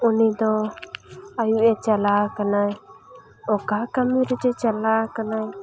ᱩᱱᱤᱫᱚ ᱟᱭᱩᱵᱼᱮ ᱪᱟᱞᱟᱣ ᱠᱟᱱᱟᱭ ᱚᱠᱟ ᱠᱟᱹᱢᱤ ᱨᱮᱪᱚᱭ ᱪᱟᱞᱟᱣ ᱠᱟᱱᱟᱭ